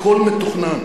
הכול מתוכנן.